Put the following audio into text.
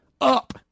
up